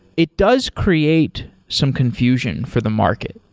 it does create some confusion for the market.